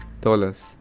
dollars